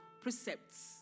precepts